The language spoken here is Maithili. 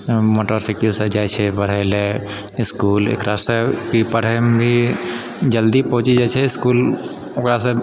मोटरसाइकिलसँ जाइ छै पढ़ै लए इसकुल एकरासँ ई पढ़ैमे भी जल्दी पहुँचि जाइ छै इसकुल ओकरासँ